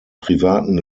privaten